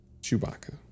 Chewbacca